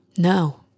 No